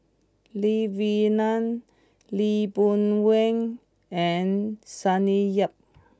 Lee Wee Nam Lee Boon Wang and Sonny Yap